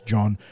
John